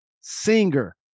singer